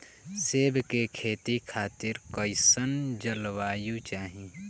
सेब के खेती खातिर कइसन जलवायु चाही?